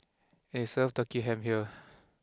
and they serve Turkey Ham here